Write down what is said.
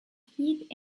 heat